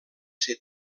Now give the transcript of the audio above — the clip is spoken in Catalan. ser